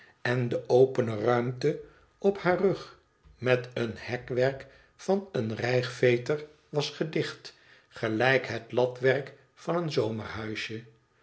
en de opene ruimte op haar rug met een hekwerk van een rijgveter was gedicht gelijk het latwerk van een